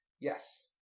Yes